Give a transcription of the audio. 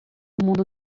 mundo